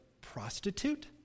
prostitute